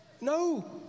No